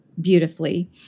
beautifully